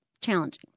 Challenging